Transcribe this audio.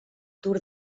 tour